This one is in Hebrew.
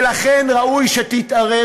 ולכן ראוי שתתערב,